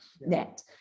net